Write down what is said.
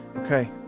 Okay